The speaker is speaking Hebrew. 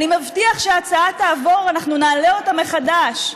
אני מבטיח שההצעה תעבור, אנחנו נעלה אותה מחדש.